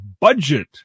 budget